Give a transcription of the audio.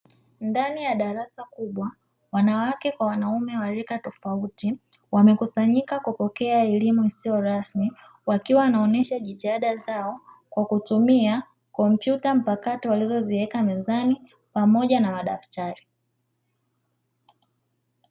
Ndani ya darasa, kubwa wanaume kwa wanawake wa rika tofauti, wakiwa wamekusanyika kupokea elimu isiyo rasmi, wakionesha jitihada zao kwa kutumia kompyuta mpakato wazoziweka mezani pamoja na madaftari.